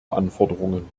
anforderungen